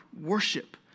worship